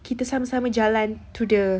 kita sama-sama jalan to the